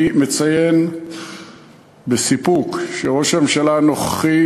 אני מציין בסיפוק שראש הממשלה הנוכחי,